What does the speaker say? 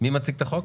מי מציג את החוק?